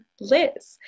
Liz